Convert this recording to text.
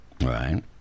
right